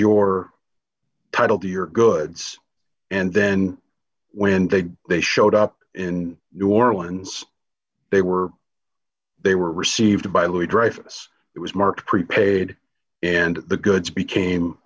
your title to your goods and then when they they showed up in new orleans they were they were received by louis dreyfus it was marked prepaid and the goods